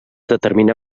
determina